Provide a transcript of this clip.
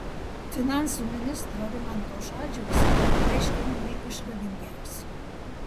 finansų ministro rimanto šadžiaus aiškinimai išradingiausi